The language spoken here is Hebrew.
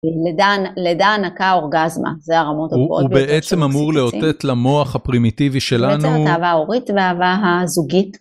היי אלמה מה שלומך